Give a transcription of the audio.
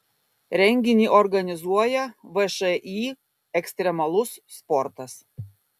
renginį organizuoja všį ekstremalus sportas